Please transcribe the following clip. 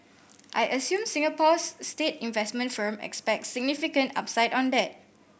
I assume Singapore's state investment firm expects significant upside on that